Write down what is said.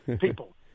people